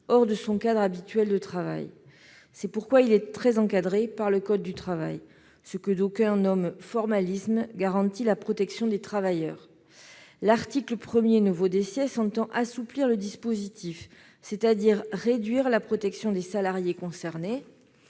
hors de son cadre habituel de travail. C'est pourquoi ce dispositif est très encadré par le code du travail. Ce que d'aucuns nomment « formalisme » garantit la protection des travailleurs. L'article 1 vise à « assouplir » le dispositif, c'est-à-dire à réduire la protection des salariés concernés.